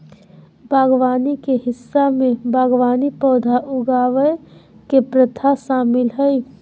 बागवानी के हिस्सा में बागवानी पौधा उगावय के प्रथा शामिल हइ